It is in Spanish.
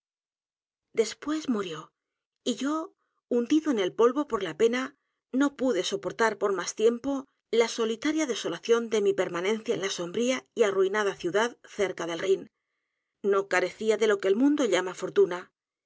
i ó y yo hundido en el polvo por la pena no pude soportar por más tiempo la solitaria desolación de mi permanencia en la sombría y arruinada ciudad cerca del rin no carecía de lo que el mundo llama fortuna